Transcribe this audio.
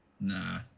Nah